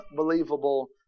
unbelievable